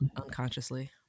unconsciously